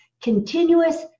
continuous